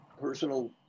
personal